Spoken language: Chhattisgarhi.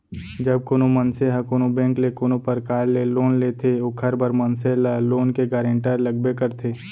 जब कोनो मनसे ह कोनो बेंक ले कोनो परकार ले लोन लेथे ओखर बर मनसे ल लोन के गारेंटर लगबे करथे